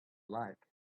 like